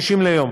50 ליום.